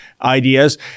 ideas